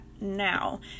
now